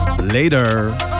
Later